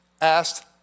asked